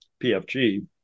PFG